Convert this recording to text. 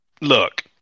look